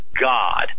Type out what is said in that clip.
God